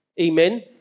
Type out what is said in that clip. Amen